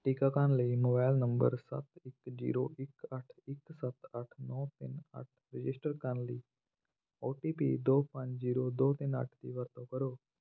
ਟੀਕਾਕਰਨ ਲਈ mobile number ਸੱਤ ਇੱਕ ਜੀਰੋ ਇੱਕ ਅੱਠ ਇੱਕ ਸੱਤ ਅੱਠ ਨੌ ਤਿੰਨ ਅੱਠ ਰਜਿਸਟਰ ਕਰਨ ਲਈ ਓ ਟੀ ਪੀ ਦੋ ਪੰਜ ਜੀਰੋ ਦੋ ਤਿੰਨ ਅੱਠ ਦੀ ਵਰਤੋਂ ਕਰੋ